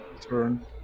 turn